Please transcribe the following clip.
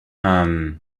hum